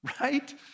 right